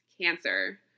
Cancer